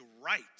right